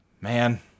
Man